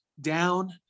down